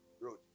Road